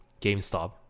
GameStop